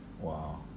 Wow